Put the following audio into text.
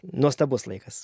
nuostabus laikas